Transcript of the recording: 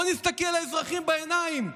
בואו נסתכל לאזרחים בעיניים.